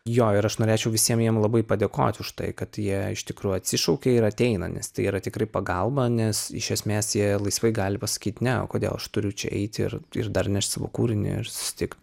jo ir aš norėčiau visiem jiem labai padėkot už tai kad jie iš tikrųjų atsišaukė ir ateina nes tai yra tikrai pagalba nes iš esmės jie laisvai gali pasakyt ne o kodėl aš turiu čia eiti ir ir dar nešt savo kūrinį ir susitikt